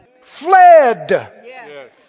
Fled